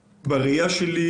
לדעתי,